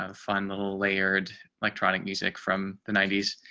and fun little layered electronic music from the ninety s.